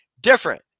different